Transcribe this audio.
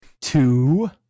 Two